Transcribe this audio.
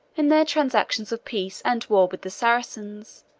in their transactions of peace and war with the saracens,